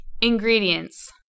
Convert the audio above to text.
Ingredients